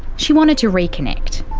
she wanted to reconnect.